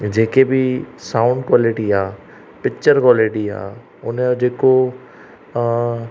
जेके बि sound quality आहे पिक्चर क्वालिटी आहे हुन जो जेको